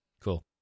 Cool